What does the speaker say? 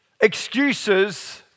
excuses